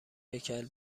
هیکل